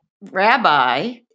Rabbi